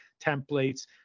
templates